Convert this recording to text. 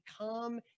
come